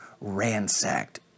ransacked